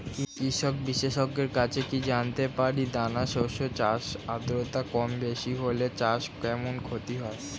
কৃষক বিশেষজ্ঞের কাছে কি জানতে পারি দানা শস্য চাষে আদ্রতা কমবেশি হলে চাষে কেমন ক্ষতি হয়?